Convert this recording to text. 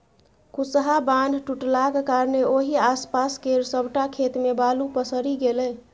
कुसहा बान्ह टुटलाक कारणेँ ओहि आसपास केर सबटा खेत मे बालु पसरि गेलै